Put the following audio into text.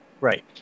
Right